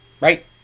right